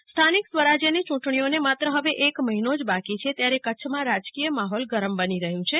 R Patil સ્થાનિક સ્વરાજ્યની યૂં ટણીઓને માત્ર હવે એક મહિનો જ બાકી છે ત્યારે કચ્છમાં રાજકીય માહોલ ગરમ બની રહ્યુ છે